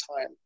time